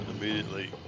immediately